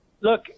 Look